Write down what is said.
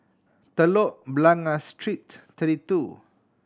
Telok Blangah Street Thirty Two